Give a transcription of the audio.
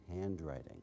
handwriting